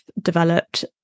developed